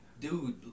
Dude